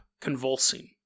convulsing